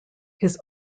his